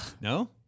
No